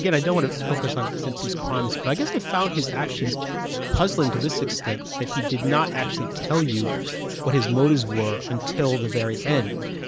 i don't want to focus on kaczynski's crimes, but i guess i've found his actions puzzling to this extent that he did not actually tell you what his motives were until the very end,